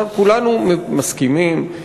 כולנו מסכימים,